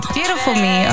beautifulme